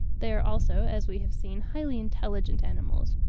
they are also, as we have seen, highly intelligent animals.